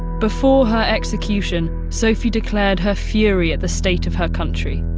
before her execution, sophie declared her fury at the state of her country.